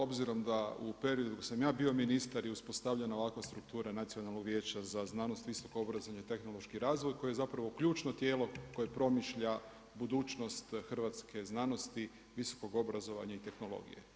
Obzirom da u periodu dok sam ja bio ministar je uspostavljena ovakva struktura Nacionalnog vijeća za znanost, visoko obrazovanje, tehnološki razvoj koji je zapravo ključno tijelo koje promišlja budućnost hrvatske znanosti, visokog obrazovanja i tehnologije.